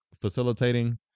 facilitating